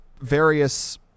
various